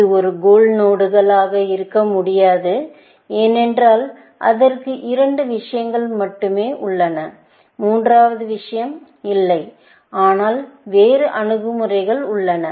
இது ஒரு கோல் நோடுகள் ஆக இருக்க முடியாது ஏனென்றால் அதற்கு இரண்டு விஷயங்கள் மட்டுமே உள்ளன மூன்றாவது விஷயம் இல்லை ஆனால் வேறு அணுகுமுறைகள் உள்ளன